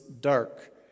dark